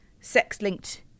sex-linked